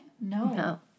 No